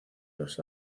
los